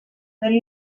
del